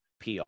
PR